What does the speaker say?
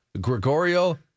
Gregorio